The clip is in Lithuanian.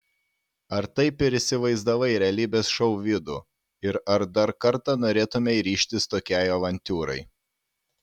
ar taip ir įsivaizdavai realybės šou vidų ir ar dar kartą norėtumei ryžtis tokiai avantiūrai